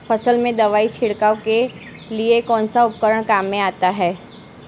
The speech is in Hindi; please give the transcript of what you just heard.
फसल में दवाई छिड़काव के लिए कौनसा उपकरण काम में आता है?